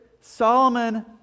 Solomon